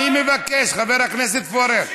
אני מבקש, חבר הכנסת פורר,